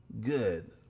good